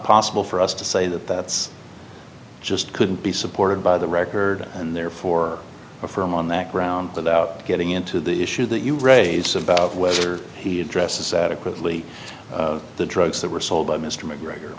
possible for us to say that that's just couldn't be supported by the record and therefore a firm on that ground without getting into the issue that you raised about whether he addresses adequately the drugs that were sold by mr mcgregor